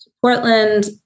Portland